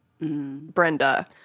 Brenda